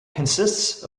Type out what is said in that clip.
consists